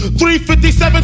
357